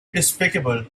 despicable